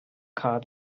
car